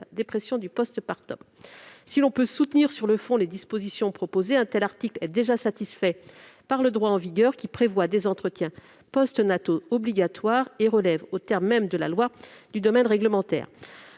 Si l'on peut soutenir sur le fond les dispositions proposées, un tel article est déjà satisfait par le droit en vigueur, qui prévoit des examens postnataux obligatoires et relève, aux termes mêmes de la loi, du domaine réglementaire.